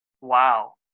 Wow